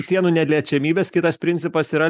sienų neliečiamybės kitas principas yra